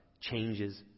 changes